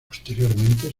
posteriormente